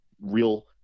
real